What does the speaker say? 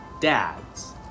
dads